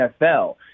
NFL